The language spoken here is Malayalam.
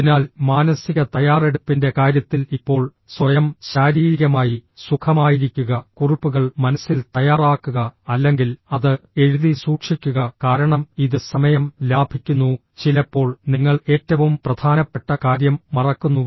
അതിനാൽ മാനസിക തയ്യാറെടുപ്പിന്റെ കാര്യത്തിൽ ഇപ്പോൾ സ്വയം ശാരീരികമായി സുഖമായിരിക്കുക കുറിപ്പുകൾ മനസ്സിൽ തയ്യാറാക്കുക അല്ലെങ്കിൽ അത് എഴുതി സൂക്ഷിക്കുക കാരണം ഇത് സമയം ലാഭിക്കുന്നു ചിലപ്പോൾ നിങ്ങൾ ഏറ്റവും പ്രധാനപ്പെട്ട കാര്യം മറക്കുന്നു